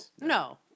no